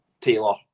Taylor